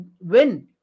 win